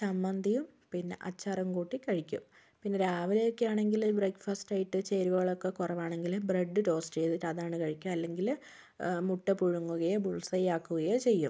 ചമ്മന്തിയും പിന്നെ അച്ചാറും കൂട്ടി കഴിക്കും പിന്നെ രാവിലെ ഒക്കെ ആണെങ്കിൽ ബ്രേക്ഫാസ്റ്റ് ആയിട്ട് ചേരുവകളൊക്കെ കുറവാണെങ്കിൽ ബ്രെഡ് ടോസ്റ്റ് ചെയ്തിട്ട് അതാണ് കഴിക്കുക അല്ലെങ്കിൽ മുട്ട പുഴുങ്ങുകയോ ബുൾസയ് ആക്കുകയോ ചെയ്യും